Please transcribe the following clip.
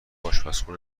اشپزخونه